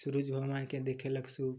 सुरुज भगवानके देखेलक सूप